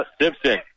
Simpson